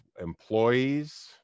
employees